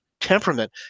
temperament